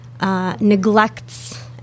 Neglects